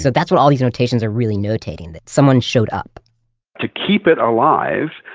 so that's what all these notations are really notating, that someone showed up to keep it alive,